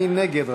מי נגד?